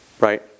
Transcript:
right